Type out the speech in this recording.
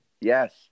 Yes